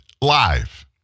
live